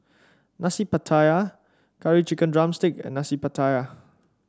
Nasi Pattaya Curry Chicken drumstick and Nasi Pattaya